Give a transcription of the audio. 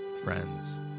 friends